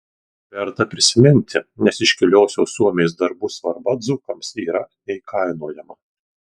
verta prisiminti nes iškiliosios suomės darbų svarba dzūkams yra neįkainojama